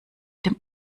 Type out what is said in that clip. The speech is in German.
dem